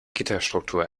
gitterstruktur